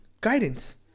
guidance